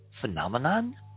phenomenon